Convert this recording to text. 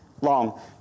long